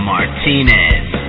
Martinez